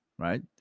Right